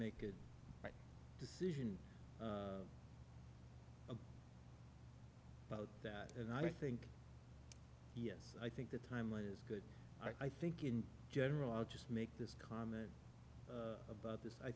make a decision about that and i think yes i think the timeline is good i think in general i'll just make this comment about this i